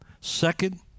Second